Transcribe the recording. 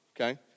okay